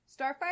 Starfire